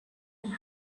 and